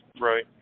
Right